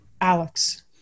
Alex